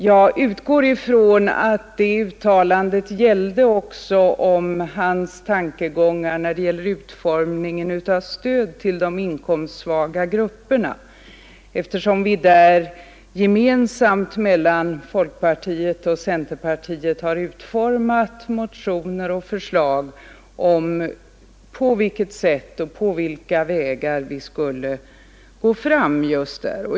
Jag utgår ifrån att det uttalandet gällde också om hans tankegångar i fråga om utformningen av stödet till de inkomstsvaga grupperna, eftersom vi där gemensamt från folkpartiet och centerpartiet har utarbetat motioner med förslag om på vilket sätt och på vilka vägar vi skall gå fram.